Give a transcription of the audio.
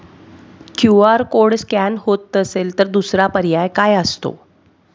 QR code scan होत नसेल तर दुसरा पर्याय काय असतो?